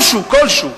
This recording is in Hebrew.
כלשהו, כלשהו,